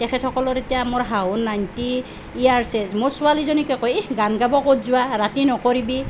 তেখেতসকলৰ এতিয়া মোৰ শাহু নাইনটি ইয়াৰচ মোৰ ছোৱালীজনীকে কয় ইহঁ গান গাব ক'ত যোৱা ৰাতি নকৰিবি